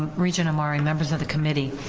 regent omari, members of the committee,